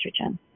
estrogen